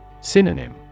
Synonym